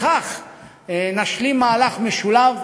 בכך נשלים מהלך משולב